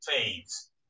fades